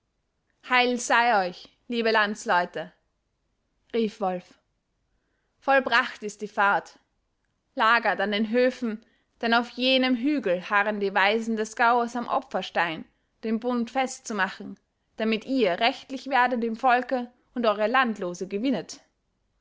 heil sei euch liebe landsleute rief wolf vollbracht ist die fahrt lagert an den höfen denn auf jenem hügel harren die weisen des gaues am opferstein den bund festzumachen damit ihr rechtlich werdet im volke und eure landlose gewinnet